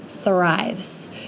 Thrives